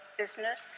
business